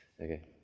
Okay